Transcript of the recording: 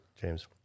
James